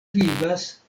vivas